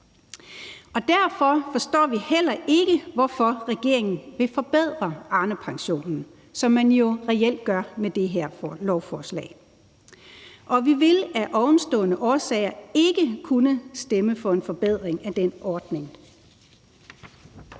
Derfor forstår vi heller ikke, hvorfor regeringen vil forbedre Arnepensionen, som man jo reelt gør med det her lovforslag, og vi vil af ovenstående årsager ikke kunne stemme for en forbedring af den ordning.